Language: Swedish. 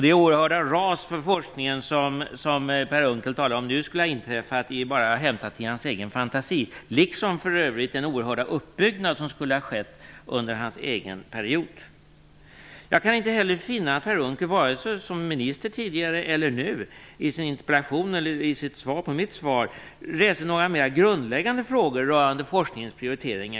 Det oerhörda ras för forskningen, som Per Unckel talar om, vilket nu skulle ha inträffat, är bara hämtat från hans egen fantasi liksom för övrigt den oerhörda uppbyggnad som skulle ha skett under hans egen period. Jag kan inte heller finna att Per Unckel, vare sig som tidigare minister eller nu i sin interpellation eller i sitt svar på mitt svar, reser några mer grundläggande frågor rörande forskningens prioritering.